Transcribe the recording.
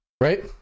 Right